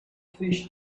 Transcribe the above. fish